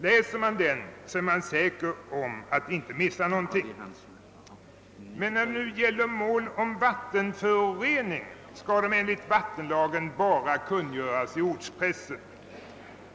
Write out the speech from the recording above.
Läser man den är man säker om att inte missa någonting. I mål om vattenförorening skall enligt vattenlagen kungörelse ske bara i ortspressen.